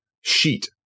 sheet